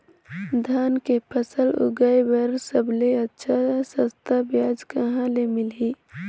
धान के फसल उगाई बार सबले अच्छा सस्ता ब्याज कहा ले मिलही?